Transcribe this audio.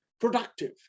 productive